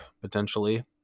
potentially